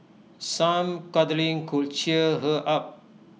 some cuddling could cheer her up